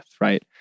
Right